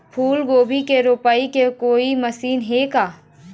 फूलगोभी के रोपाई के कोई मशीन हे का?